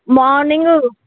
morning